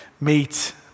meet